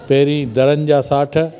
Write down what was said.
पहिरीं दरनि जा साठ